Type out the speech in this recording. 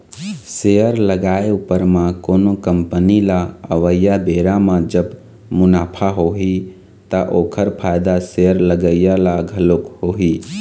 share लगाए उपर म कोनो कंपनी ल अवइया बेरा म जब मुनाफा होही ता ओखर फायदा शेयर लगइया ल घलोक होही